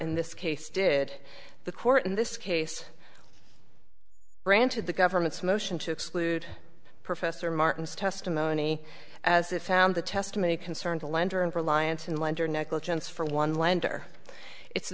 in this case did the court in this case granted the government's motion to exclude professor martin's testimony as it found the testimony concerned the lender and reliance on lender negligence for one lender it's